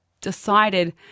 decided